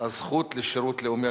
הזכות לשירות לאומי,